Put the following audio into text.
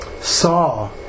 saw